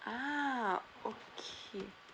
ah okay